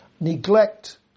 neglect